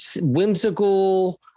whimsical